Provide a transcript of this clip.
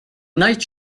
night